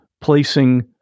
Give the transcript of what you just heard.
placing